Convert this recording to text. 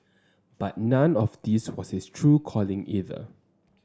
but none of this was his true calling either